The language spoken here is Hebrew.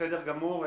בסדר גמור.